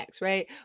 right